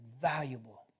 valuable